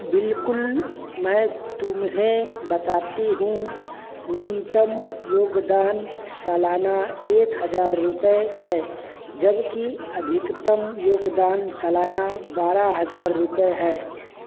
बिलकुल मैं तुम्हें बताती हूँ न्यूनतम योगदान सलाना एक हजार रुपये हैं जबकि अधिकतम योगदान सालाना बारह हजार रुपये हैं